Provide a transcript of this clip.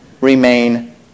remain